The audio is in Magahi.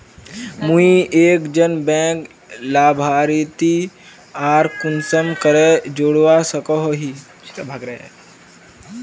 मुई एक जन बैंक लाभारती आर कुंसम करे जोड़वा सकोहो ही?